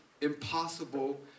impossible